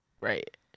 right